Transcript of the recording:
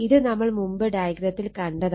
ഇത് നമ്മൾ മുമ്പ് ഡയഗ്രത്തിൽ കണ്ടതാണ്